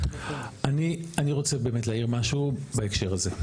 אני רוצה באמת להעיר משהו בהקשר הזה.